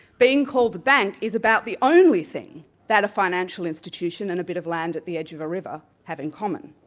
being called a bank is about the only thing that a financial institution and a bit of land at the edge of a river, have in common.